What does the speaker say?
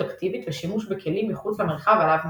אקטיבית ושימוש בכלים מחוץ למרחב עליו מגנים.